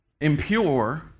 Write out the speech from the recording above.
impure